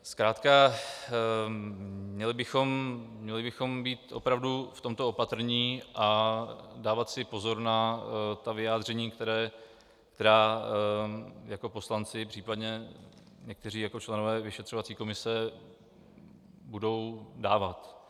Zkrátka měli bychom být opravdu v tomto opatrní a dávat si pozor na vyjádření, která jako poslanci, případně někteří jako členové vyšetřovací komise, budou dávat.